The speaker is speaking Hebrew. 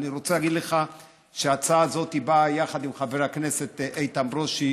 אני רוצה להגיד לך שההצעה הזאת באה יחד עם חבר הכנסת איתן ברושי.